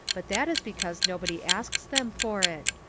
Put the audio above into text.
but that is because nobody asks them for it.